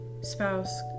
spouse